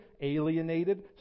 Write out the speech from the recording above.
alienated